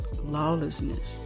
lawlessness